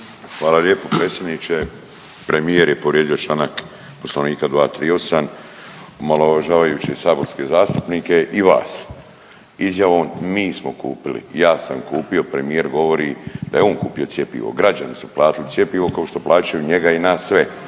Hvala lijepo predsjedniče. Premijer je povrijedio članak poslovnika 238. omalovažavajući saborske zastupnike i vas izjavom mi smo kupili, ja sam kupio premijer kupio cjepivo. Građani su platili cjepivo kao što plaćaju njega i nas sve,